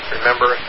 Remember